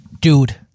dude